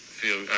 feel